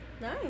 Nice